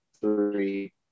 three